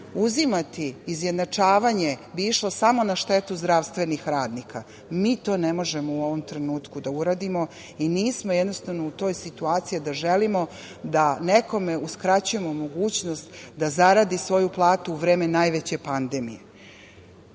uzimati izjednačavanje bi išlo samo na štetu zdravstvenih radnika. Mi to ne možemo u ovom trenutku da uradimo i nismo jednostavno u toj situaciji da želimo da nekome uskraćujemo mogućnost da zaradi svoju platu u vreme najveće pandemije. Jedna